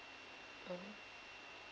mm